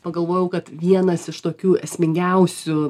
pagalvojau kad vienas iš tokių esmingiausių